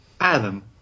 Adam